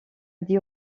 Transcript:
dix